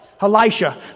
Elisha